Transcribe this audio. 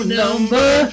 number